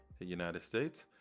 united states.